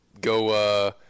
go –